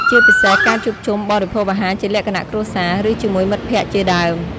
ជាពិសេសការជួបជុំបរិភោគអាហារជាលក្ខណៈគ្រួសារ ឬជាមួយមិត្តភក្តិជាដើម ។